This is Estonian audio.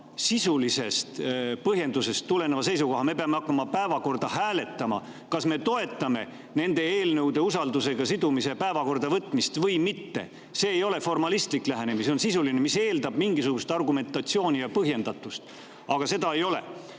sisulisest põhjendusest tuleneva seisukoha. Me peame hakkama päevakorda hääletama ehk [otsustama,] kas me toetame usaldusega seotud eelnõude päevakorda võtmist või mitte. See ei ole formalistlik lähenemine, see on sisuline, mis eeldab mingisugust argumentatsiooni ja põhjendatust. Aga seda ei ole. Ja